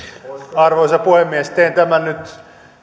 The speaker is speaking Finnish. arvoisa puhemies teen tämän nyt